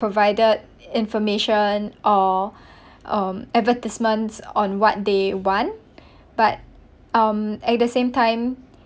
provided information or um advertisements on what they want but um at the same time